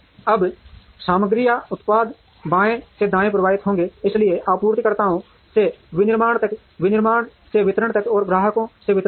अब सामग्री या उत्पाद बाएं से दाएं प्रवाहित होंगे इसलिए आपूर्तिकर्ताओं से विनिर्माण तक विनिर्माण से वितरण तक और ग्राहकों से वितरण तक